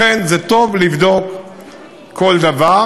לכן זה טוב לבדוק כל דבר.